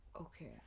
Okay